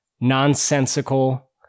nonsensical